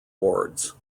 wards